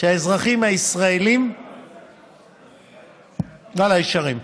שהאזרחים הישראלים, ואללה, ישרים,